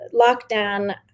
lockdown